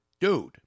Dude